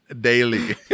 daily